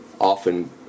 often